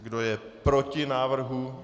Kdo je proti návrhu?